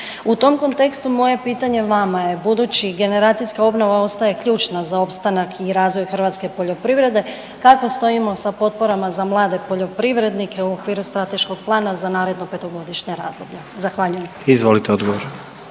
U tom kontekstu moje pitanje vama je budući generacijska obnova ostaje ključna za opstanak i razvoj hrvatske poljoprivrede kako stojimo sa potporama za mlade poljoprivrednike u okviru strateškog plana za naredno 5-godišnje razdoblje? Zahvaljujem. **Jandroković,